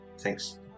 Thanks